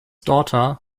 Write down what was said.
daughter